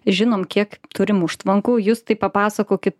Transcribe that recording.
žinom kiek turim užtvankų justai papasakokit